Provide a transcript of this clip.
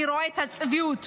אני רואה את הצביעות,